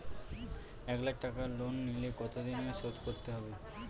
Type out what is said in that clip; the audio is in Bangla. এক লাখ টাকা লোন নিলে কতদিনে শোধ করতে হবে?